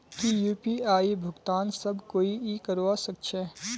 की यु.पी.आई भुगतान सब कोई ई करवा सकछै?